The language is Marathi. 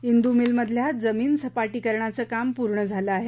ा द्रेमिलमधल्या जमीन सपाटीकरणाचं काम पूर्ण झालं आहे